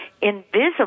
invisible